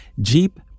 Jeep